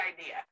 idea